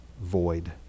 void